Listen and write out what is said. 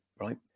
right